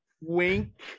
Wink